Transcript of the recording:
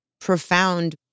profound